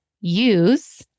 use